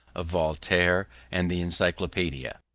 of voltaire and the encyclopaedia,